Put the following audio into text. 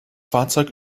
fahrzeug